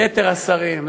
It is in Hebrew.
ליתר השרים,